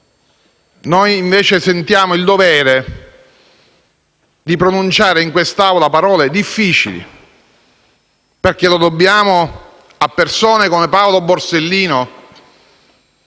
invece il dovere di pronunciare in quest'Aula parole difficili, perché lo dobbiamo a persone come Paolo Borsellino,